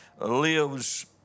Lives